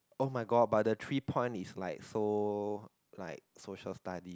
oh-my-god but the three point is like so like social study